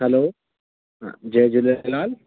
हलो अ जय झूलेलाल